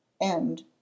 End